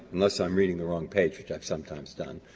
unless i'm reading the wrong page, which i've sometimes done